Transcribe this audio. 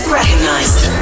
recognized